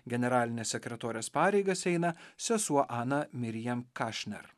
generalinės sekretorės pareigas eina sesuo ana mirjam kašner